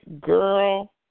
girl